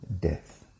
Death